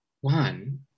One